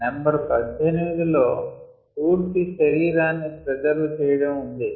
number 18 లో పూర్తి శరీరాన్ని ప్రైజర్వ్ చెయ్యడం ఉంది